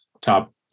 top